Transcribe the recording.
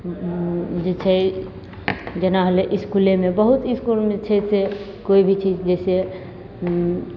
जे छै जेना होलै इसकुलेमे बहुत इसकुलमे छै कोइ भी चीज जैसे